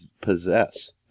possess